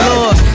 Lord